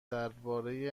درباره